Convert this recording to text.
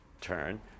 turn